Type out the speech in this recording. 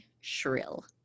shrill